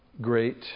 great